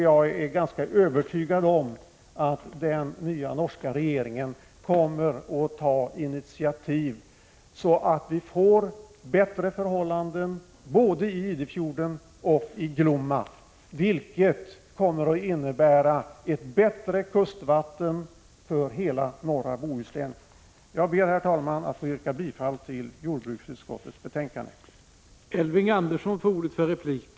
Jag är ganska övertygad om att den nya norska regeringen kommer att ta initiativ, så att vi får bättre förhållanden både i Idefjorden och i Glomma, vilket kommer att innebära ett bättre kustvatten för hela norra Bohuslän. Herr talman! Jag ber att få yrka bifall till jordbruksutskottets hemställan.